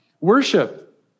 Worship